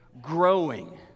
growing